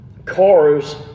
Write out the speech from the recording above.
Cars